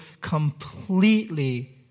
completely